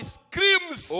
screams